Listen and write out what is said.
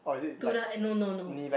to the eh no no no